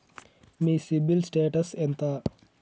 మీ CIBIL status ఎంత?